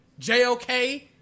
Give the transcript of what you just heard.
JOK